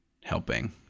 helping